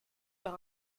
par